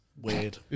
weird